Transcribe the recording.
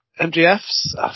MGF's